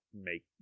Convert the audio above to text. make